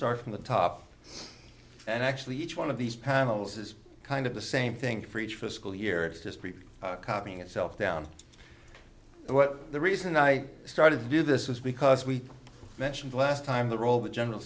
start from the top and actually each one of these panels is kind of the same thing for each fiscal year it's just copying itself down what the reason i started to do this was because we mentioned last time the role that general